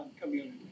community